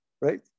right